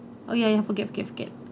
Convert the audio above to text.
oh ya ya forget forget forget